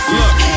look